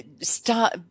start